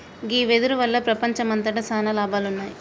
గీ వెదురు వల్ల ప్రపంచంమంతట సాన లాభాలున్నాయి